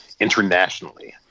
internationally